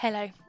Hello